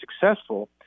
successful